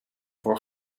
voor